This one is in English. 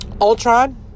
Ultron